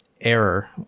error